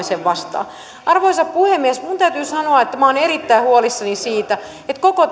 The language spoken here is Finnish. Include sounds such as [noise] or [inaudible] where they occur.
[unintelligible] sen vastaan arvoisa puhemies minun täytyy sanoa että minä olen erittäin huolissani siitä että koko [unintelligible]